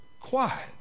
quiet